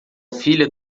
filha